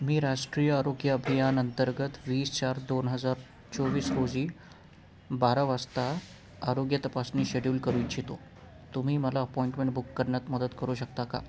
मी राष्ट्रीय आरोग्य अभियान अंतर्गत वीस चार दोन हजार चोवीस रोजी बारा वाजता आरोग्य तपासणी शेड्यूल करू इच्छितो तुम्ही मला अपॉइंटमेंट बुक करण्यात मदत करू शकता का